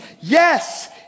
Yes